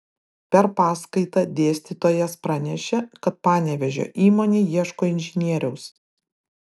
per paskaitą dėstytojas pranešė kad panevėžio įmonė ieško inžinieriaus